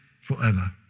forever